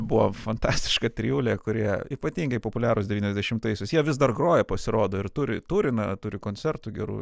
buvo fantastiška trijulė kurie ypatingai populiarūs devyniasdešimtaisiais jie vis dar groja pasirodo ir turi turi na turi koncertų gerų